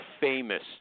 famous